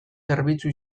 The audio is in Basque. zerbitzu